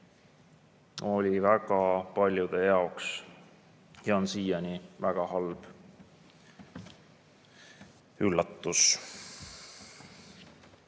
oli väga paljude jaoks ja on siiani väga halb üllatus. Ka